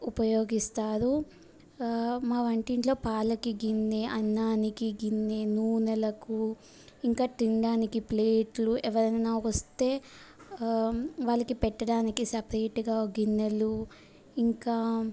ఉపయోగిస్తారు మా వంటింట్లో పాలకు గిన్నె అన్నానికి గిన్నె నూనెలకు ఇంకా తినడానికి ప్లేట్లు ఎవరైనా వస్తే వాళ్ళకి పెట్టడానికి సపరేటుగా గిన్నెలు ఇంకా